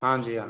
हाँ जी हाँ